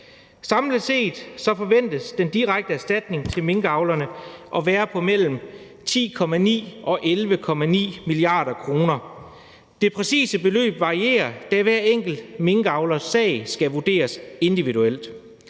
Samlet set forventes den direkte erstatning til minkavlerne at være på mellem 10,9 og 11,9 mia. kr. Det præcise beløb varierer, da hver enkelt minkavlers sag skal vurderes individuelt.